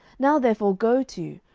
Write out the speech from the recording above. now therefore go to,